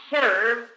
serve